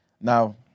now